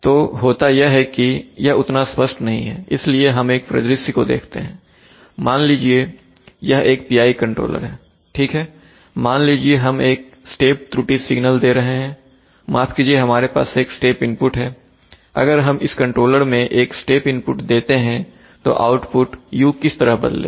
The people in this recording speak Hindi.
तो होता यह है कि यह उतना स्पष्ट नहीं है इसलिए हम एक परिदृश्य को देखते हैं अब मान लीजिए यह एक PI कंट्रोलर हैठीक है मान लीजिए हम इसमें एक स्टेप त्रुटि सिग्नल दे रहे हैंमाफ कीजिए हमारे पास एक स्टेप इनपुट है अगर हम इस कंट्रोलर में एक स्टेप इनपुट देते हैं तो आउटपुट u किस तरह बदलेगा